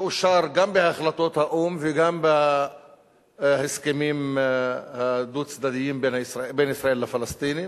שאושר גם בהחלטות האו"ם וגם בהסכמים דו-צדדיים בין ישראל לפלסטינים,